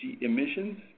emissions